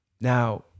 Now